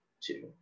two